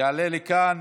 יעלה לכאן